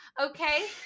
Okay